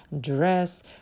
dress